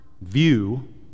view